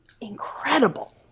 incredible